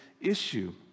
issue